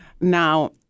now